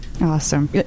Awesome